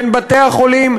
בין בתי-החולים,